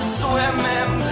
swimming